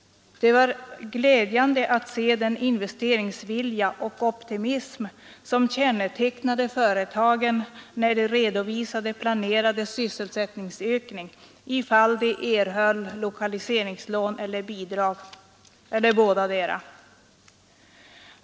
Det var glädjande att se den investeringsvilja och optimism som kännetecknade företagen, när de redovisade planerad sysselsättningsökning för att erhålla lokaliseringslån eller bidrag eller båda delarna.